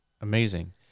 amazing